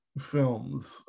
films